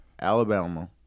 Alabama